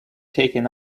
taken